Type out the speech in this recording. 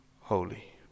holy